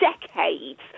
decades